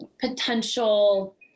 potential